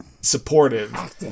supportive